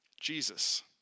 Jesus